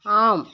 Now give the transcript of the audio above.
ஆம்